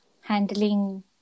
handling